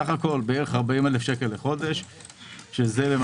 סך הכול 40,000 שקל בחודש בערך.